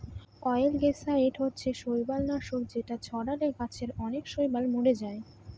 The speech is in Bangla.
অয়েলগেসাইড হচ্ছে শৈবাল নাশক যেটা ছড়ালে গাছে অনেক শৈবাল মোরে যায়